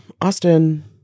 Austin